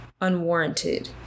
unwarranted